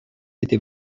été